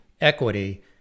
equity